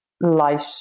light